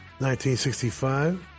1965